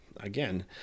Again